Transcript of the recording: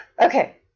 Okay